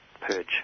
purge